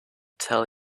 tell